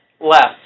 left